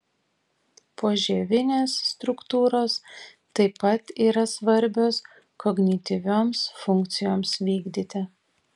požievinės struktūros taip pat yra svarbios kognityvioms funkcijoms vykdyti